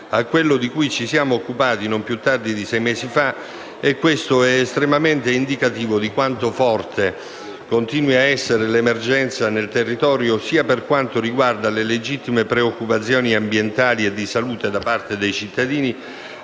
a quello di cui ci siamo occupati non più tardi di sei mesi fa, e questo è estremamente indicativo di quanto forte continui ad essere l'emergenza nel territorio sia per quanto riguarda le legittime preoccupazioni ambientali e di salute da parte dei cittadini,